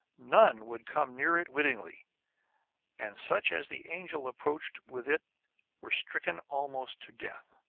none would come near it wittingly and such as the angel approached with it were stricken almost to death.